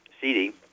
CD